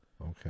Okay